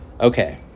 okay